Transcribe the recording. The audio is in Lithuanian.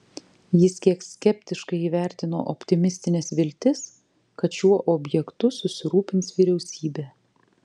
jis kiek skeptiškai įvertino optimistines viltis kad šiuo objektu susirūpins vyriausybė